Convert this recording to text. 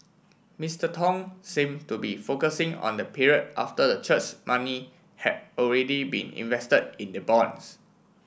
Mister Tong seemed to be focusing on the period after the church's money had already been invested in the bonds